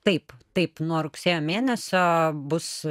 taip taip nuo rugsėjo mėnesio bus